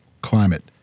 climate